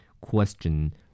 Question